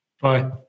Bye